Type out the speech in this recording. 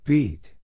Beat